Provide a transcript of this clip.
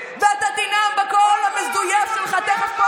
ואתה תנאם בקול המזויף שלך תכף,